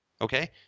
Okay